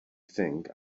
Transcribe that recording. think